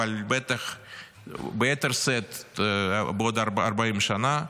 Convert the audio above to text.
אבל בטח ביתר שאת בעוד 40 שנה,